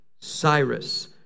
Cyrus